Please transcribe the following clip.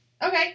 Okay